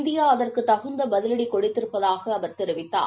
India அதற்கு தகுந்த பதிவடி கொடுத்திருப்பதாக அவர் தெரிவித்தார்